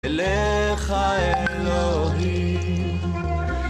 אליך, אלוהים